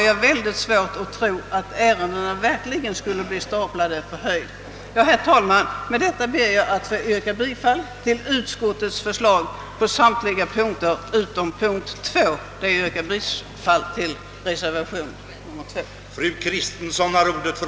Jag har därför svårt att tro att ärendena verkligen blir staplade på hög. Herr talman! Med detta ber jag att få yrka bifall till utskottets förslag på samtliga punkter utom i fråga om moment B, där jag yrkar bifall till reservation nr 2 av herr Erik Svedberg m.fl.